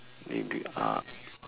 maybe uh